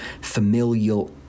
familial